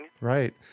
Right